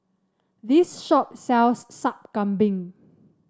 this shop sells Sup Kambing